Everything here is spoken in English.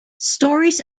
stories